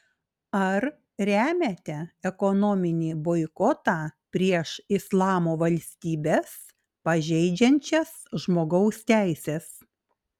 ar remiate ekonominį boikotą prieš islamo valstybes pažeidžiančias žmogaus teises